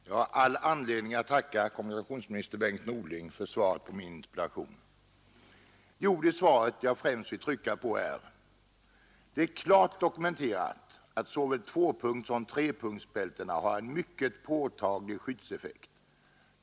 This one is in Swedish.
Herr talman! Jag har all anledning att tacka kommunikationsministern Bengt Norling för svaret på min interpellation. Vad jag i svaret främst vill trycka på är följande passus: ”Det är klart dokumenterat att såväl tvåpunktssom trepunktsbältena har en mycket påtaglig skyddseffekt.